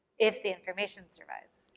if the information survives.